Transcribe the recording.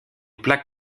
plaque